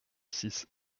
six